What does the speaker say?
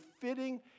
fitting